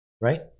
right